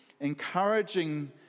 encouraging